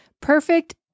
perfect